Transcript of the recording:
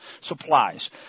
supplies